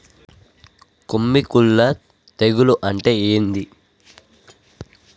కొమ్మి కుల్లు తెగులు అంటే ఏంది?